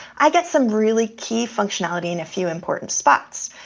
i get some really key functionality in a few important spots.